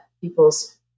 people's